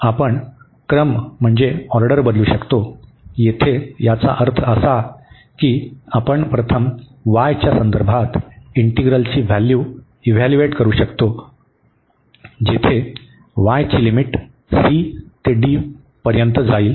आपण क्रम बदलू शकतो येथे याचा अर्थ असा की आपण प्रथम y च्या संदर्भात इंटीग्रलची व्हॅल्यू इव्हॅल्युएट करू शकतो जेथे y ची लिमिट c व d पर्यंत जाईल